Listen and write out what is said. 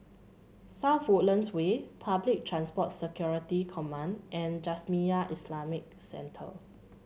South Woodlands Way Public Transport Security Command and Jamiyah Islamic Centre